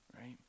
Right